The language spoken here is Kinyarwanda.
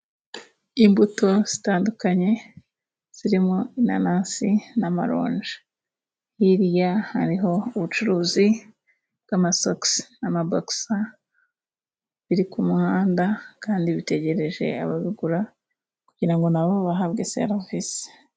Imbuto zitandukanye zirimo inanasi n'amaronje. Hirya hariho ubucuruzi bw'amasogisi n'amabogisi biri kumuhanda, kandi bitegereje ababigura kugira ngo nabo bahabwe serivise.